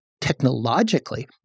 technologically